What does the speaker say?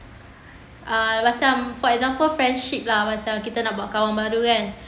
um macam for example friendship lah macam kita nak buat kawan baru kan